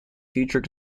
future